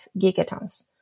gigatons